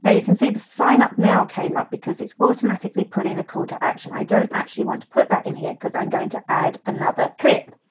ah you can see the sign up came up because it's automatically put in a call to action. i don't actually want to put that in here because i'm going to add another clip.